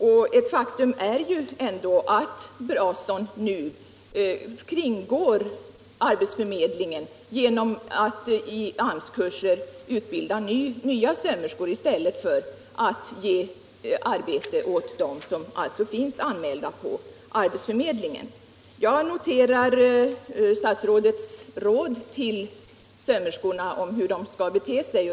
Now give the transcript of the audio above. Och ett faktum är ju ändå att Brasons nu kringgår arbetsförmedlingen genom att på AMS kurser utbilda nya sömmerskor i stället för att ge arbete åt dem som finns anmälda på arbetsförmedlingen. Jag noterar arbetsmarknadsministerns råd om hur sömmerskorna skall bete sig.